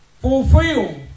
fulfill